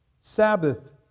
Sabbath